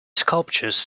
sculptures